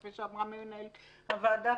כפי שאמרה מנהלת הוועדה,